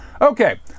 Okay